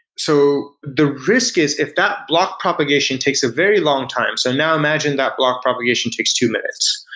so the risk is if that block propagation takes a very long time, so now imagine that block propagation takes two minutes.